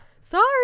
sorry